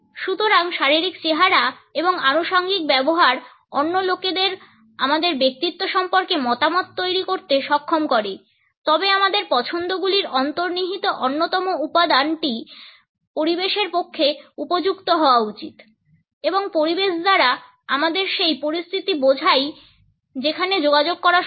সুতরাং শারীরিক চেহারা এবং আনুষাঙ্গিক ব্যবহার অন্য লোকেদের আমাদের ব্যক্তিত্ব সম্পর্কে মতামত তৈরি করতে সক্ষম করে তবে আমাদের পছন্দগুলির অন্তর্নিহিত অন্যতম উপাদানটি পরিবেশের পক্ষে উপযুক্ত হওয়া উচিত এবং পরিবেশ দ্বারা আমরা সেই পরিস্থিতি বোঝাই যেখানে যোগাযোগ করা সম্ভব